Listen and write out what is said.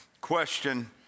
question